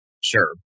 Sure